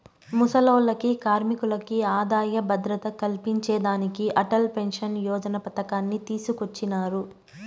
ముసలోల్లకి, కార్మికులకి ఆదాయ భద్రత కల్పించేదానికి అటల్ పెన్సన్ యోజన పతకాన్ని తీసుకొచ్చినారు